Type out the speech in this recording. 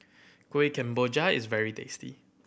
Kueh Kemboja is very tasty